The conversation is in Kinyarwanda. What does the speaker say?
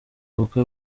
ubukwe